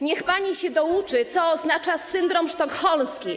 Niech pani się douczy, co oznacza syndrom sztokholmski.